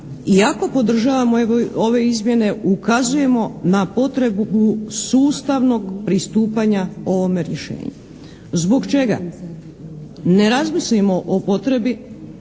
iako podržavamo ove izmjene ukazujemo na potrebu sustavnog postupanja ovome rješenju. Zbog čega ne razmislimo o potrebi